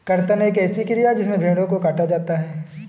कर्तन एक ऐसी क्रिया है जिसमें भेड़ों को काटा जाता है